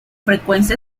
frecuencia